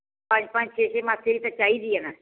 ਪੰਜ ਪੰਜ ਛੇ ਛੇ ਮੱਸੇ ਦੀ ਤਾਂ ਚਾਹੀਦੀ ਹੈ ਨਾ